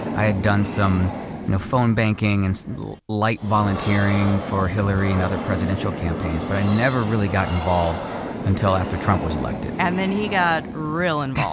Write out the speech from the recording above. i had done some you know phone banking and light volunteering for hillary and other presidential campaigns, but i never really got involved until after trump was elected. and then he got real involved.